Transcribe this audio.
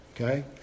Okay